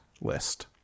list